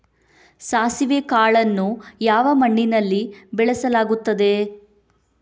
ಸಾಸಿವೆ ಕಾಳನ್ನು ಯಾವ ಮಣ್ಣಿನಲ್ಲಿ ಬೆಳೆಸಲಾಗುತ್ತದೆ?